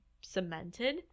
cemented